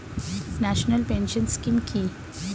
National pension scheme কি?